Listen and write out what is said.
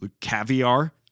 caviar